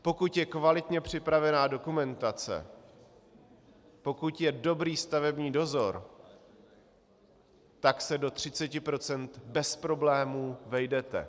Pokud je kvalitně připravená dokumentace, pokud je dobrý stavební dozor, tak se do 30 % bez problémů vejdete.